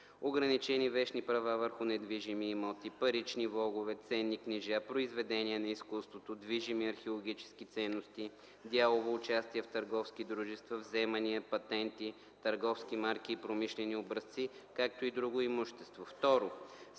ограничени вещни права върху недвижими имоти, парични влогове, ценни книжа, произведения на изкуството, движими археологически ценности, дялово участие в търговски дружества, вземания, патенти, търговски марки и промишлени образци, както и друго имущество;